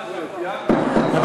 רב